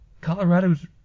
Colorado's